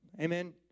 Amen